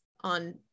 on